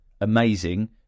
amazing